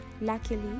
Luckily